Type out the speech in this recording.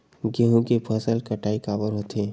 गेहूं के फसल कटाई काबर होथे?